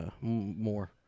more